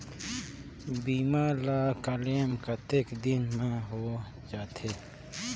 बीमा ला क्लेम कतेक दिन मां हों जाथे?